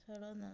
ଚଳନ